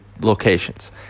locations